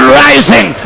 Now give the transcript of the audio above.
rising